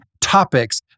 topics